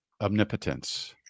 omnipotence